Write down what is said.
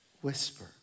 whisper